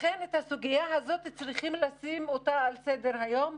את הסוגיה הזו צריכים לשים על סדר היום,